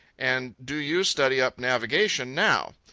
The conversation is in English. and do you study up navigation now.